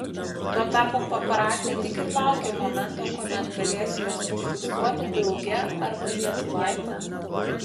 tuo tarpu paparaciai tik ir laukia momento kuomet galės juos užfiksuoti drauge arba lietuvaitę